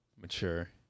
mature